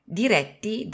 diretti